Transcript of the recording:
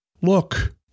Look